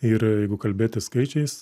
ir jeigu kalbėti skaičiais